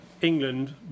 England